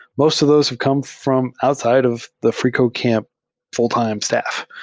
most of those have come from outside of the freecodecamp full-time staff.